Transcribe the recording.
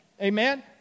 Amen